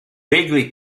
bagley